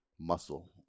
muscle